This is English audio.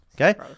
okay